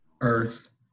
earth